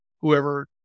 Whoever